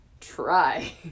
try